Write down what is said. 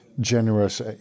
Generous